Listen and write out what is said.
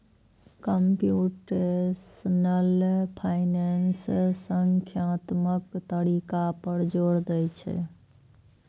computational finance संख्यात्मक तरीका पर जोर दै छै